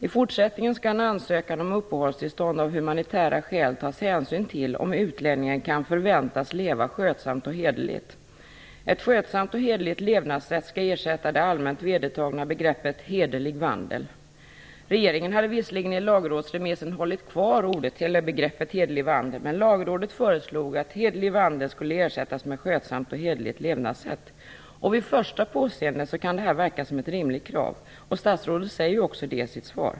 I fortsättningen skall en ansökan om uppehållstillstånd av humanitära skäl tas hänsyn till om utlänningen kan förväntas leva skötsamt och hederligt. Ett "skötsamt och hederligt levnadssätt" skall ersätta det allmänt vedertagna begreppet "hederlig vandel". Regeringen hade visserligen i lagrådsremissen hållit kvar begreppet "hederlig vandel", men Lagrådet föreslog att "hederlig vandel" skulle ersättas med "skötsamt och hederligt levnadssätt". Vid första påseendet kan det verka som ett rimligt krav. Statsrådet säger också det i sitt svar.